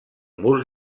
murs